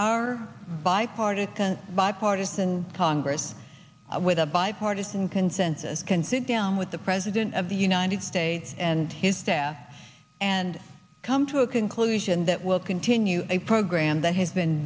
bipartisan bipartisan congress with a bipartisan consensus can sit down with the president of the united states and his staff and come to a conclusion that will continue a program that has been